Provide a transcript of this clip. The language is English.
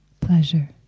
pleasure